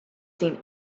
seen